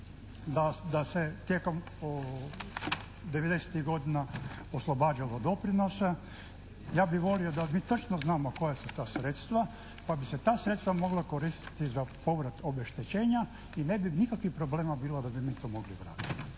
da se tijekom 90-tih godina oslobađalo doprinosa. Ja bi volio da mi točno znamo koja su to sredstva pa bi se ta sredstva mogla koristiti za povrat obeštećenja i ne bi nikakvih problema bilo da bi mi to mogli vratiti.